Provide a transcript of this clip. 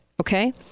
Okay